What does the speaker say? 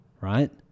right